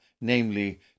namely